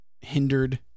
hindered